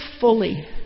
fully